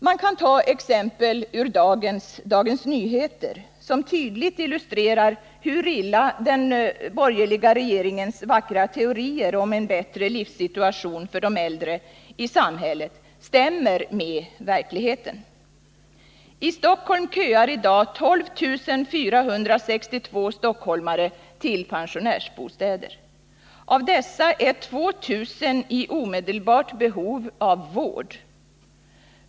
Jag kan ta ett exempel ur dagens nummer av Dagens Nyheter som tydligt illustrerar hur illa den borgerliga regeringens vackra teorier om en bättre livssituation för de äldre i samhället stämmer med verkligheten. I Stockholm köar i dag 12 462 stockholmare till pensionärsbostäder. Av dessa är 2 000 i omedelbart behov av vård.